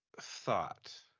thought